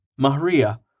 Mahria